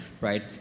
right